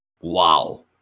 wow